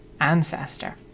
Ancestor